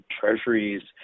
treasuries